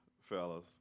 fellas